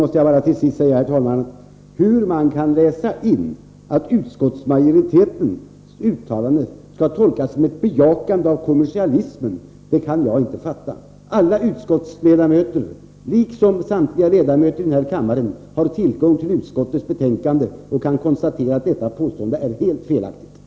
Till sist, herr talman, måste jag säga att jag inte kan fatta hur utskottsmajoritetens uttalande kan tolkas som ett bejakande av kommersialismen. Alla utskottets ledamöter liksom samtliga ledamöter i den här kammaren har tillgång till utskottets betänkande och kan konstatera att detta påstående är helt felaktigt.